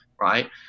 right